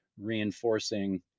reinforcing